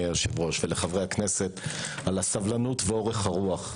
היושב-ראש ולחברי הכנסת על הסבלנות ואורך הרוח.